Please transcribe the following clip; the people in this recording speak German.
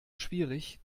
schwierig